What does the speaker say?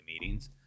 meetings